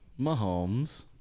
Mahomes